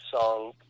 song